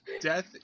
death